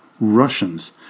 Russians